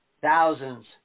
thousands